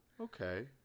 okay